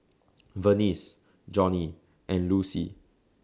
Vernice Jonnie and Lucie